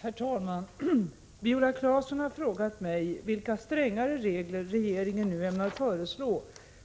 Herr talman! Viola Claesson har frågat mig vilka strängare regler regeringen nu ämnar föreslå